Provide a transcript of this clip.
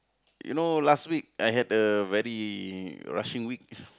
you know last week I had a very rushing week